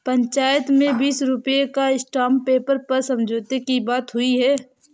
पंचायत में बीस रुपए का स्टांप पेपर पर समझौते की बात हुई है